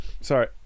sorry